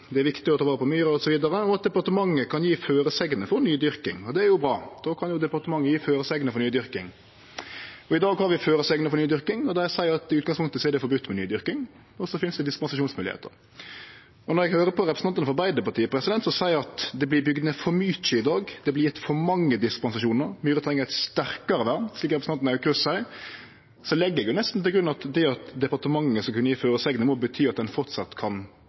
departementet kan gje føresegner for nydyrking. Det er jo bra. Då kan jo departementet gje føresegner for nydyrking, og i dag har vi føresegner for nydyrking. Dei seier at det i utgangspunktet er forbode med nydyrking, og så finst det dispensasjonsmoglegheiter. Når eg høyrer på representanten frå Arbeidarpartiet, som seier at det vert bygd ned for mykje i dag, det vert gjeve for mange dispensasjonar, og myrer treng eit sterkare vern, slik representanten Aukrust seier, legg eg nesten til grunn at det at departementet skal kunne gje føresegner, må bety at ein framleis kan